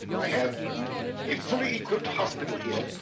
i have a fully equipped hospital here.